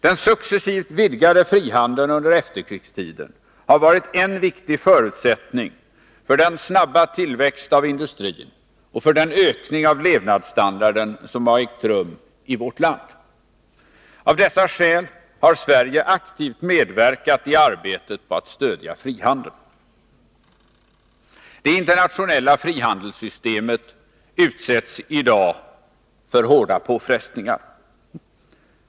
Den under efterkrigstiden successivt vidgade frihandeln har varit en viktig förutsättning för den snabba tillväxt av industrin och för den ökning av levnadsstandarden som ägt rum i vårt land. Av dessa skäl har Sverige aktivt medverkat i arbetet på att stödja frihandeln. Det internationella frihandelssystemet utsätts i dag för hårda påfrestningar.